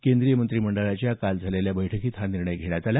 केंद्रीय मंत्रिमंडळाच्या काल झालेल्या बैठकीत हा निर्णय घेण्यात आला